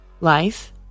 life